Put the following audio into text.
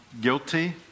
guilty